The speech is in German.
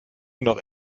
noch